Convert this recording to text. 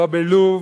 לא בלוב